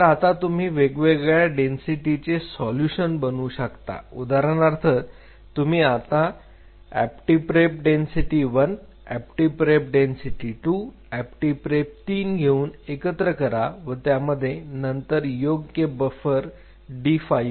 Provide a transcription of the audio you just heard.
तर आता तुम्ही वेगवेगळ्या डेन्सिटीचे सोलुशन बनवू शकता उदाहरणार्थ तुम्ही आता OptiPrep density 1 OptiPrep density 2 OptiPrep 3 घेऊन एकत्र करा व त्यामध्ये नंतर योग्य बफर D5 D6 टाका